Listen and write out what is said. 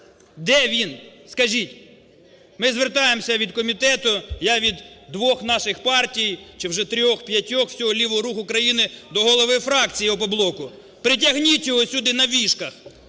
Де він, скажіть? Ми звертаємося від комітету, я від двох наших партій чи вже трьох, п'ятьох, всього лівого руху країни до голови фракції "Опоблоку": притягніть його сюди на віжках,